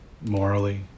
morally